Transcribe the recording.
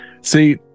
See